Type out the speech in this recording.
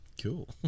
cool